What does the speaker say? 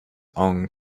own